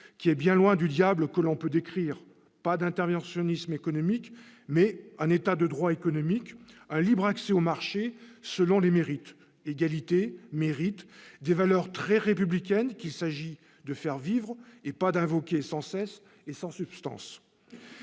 qui est bien loin de l'image diabolique qu'on a voulu lui donner : pas d'interventionnisme économique, mais un État de droit économique, un libre accès au marché selon les mérites. Égalités, mérites : des valeurs très républicaines qu'il s'agit de faire vivre et non pas d'invoquer sans cesse sans substance.